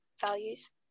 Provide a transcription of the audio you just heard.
values